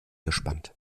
gespannt